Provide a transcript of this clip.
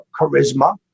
charisma